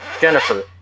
Jennifer